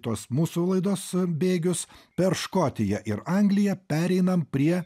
tuos mūsų laidos bėgius per škotiją ir angliją pereinam prie